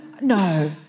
No